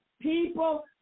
People